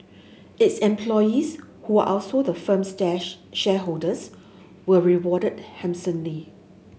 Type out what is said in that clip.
its employees who are also the firm's shareholders were rewarded handsomely